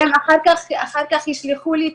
ואחר כך הם ישלחו לי תביעה.